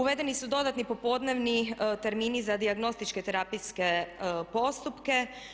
Uvedeni su dodatni popodnevni termini za dijagnostičke terapijske postupke.